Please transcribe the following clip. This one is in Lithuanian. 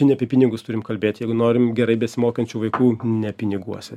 ne apie pinigus turim kalbėt jeigu norim gerai besimokančių vaikų ne piniguose